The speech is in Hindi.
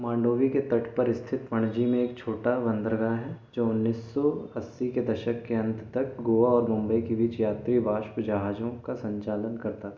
मांडोवी के तट पर स्थित पणजी में एक छोटा बंदरगाह है जो उन्नीस सौ अस्सी के दशक के अंत तक गोवा और मुंबई के बीच यात्री वाष्प जहाज़ों का संचालन करता था